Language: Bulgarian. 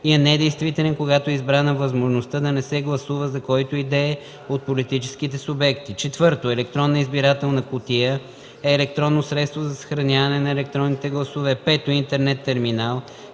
и е недействителен, когато е избрана възможността да не се гласува за който и да е от политическите субекти; 4. „електронна избирателна кутия” е електронно средство за съхраняване на електронните гласове; 5. „интернет терминал”